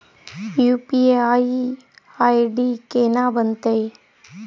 UPI ID केना बनतै?